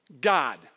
God